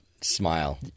smile